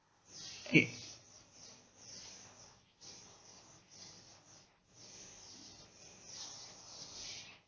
okay